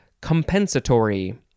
compensatory